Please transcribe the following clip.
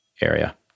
area